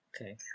Okay